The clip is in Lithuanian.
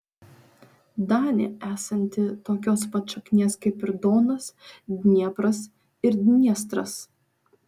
danė esanti tokios pat šaknies kaip ir donas dniepras ir dniestras